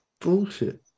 Bullshit